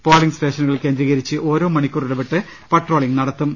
polling സ്റ്റേഷനുകൾ കേന്ദ്രീകരിച്ച് ഓരോ മണിക്കൂർ ഇടവിട്ട് പട്രോളിംഗ് നടത്തും